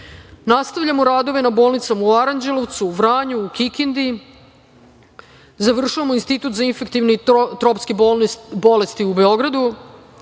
bolje. Nastavljamo radove na bolnicama u Aranđelovcu, Vranju, Kikindi. Završavamo „Institut za infektivne i tropske bolesti“ u Beogradu,